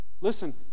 Listen